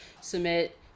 submit